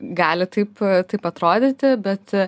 gali taip taip atrodyti bet